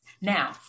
Now